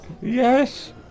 Yes